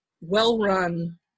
well-run